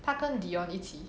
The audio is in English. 她跟 dione 一起